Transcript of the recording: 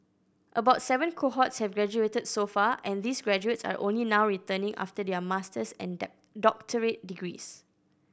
about seven cohorts have graduated so far and these graduates are only now returning after their master's and doctorate degrees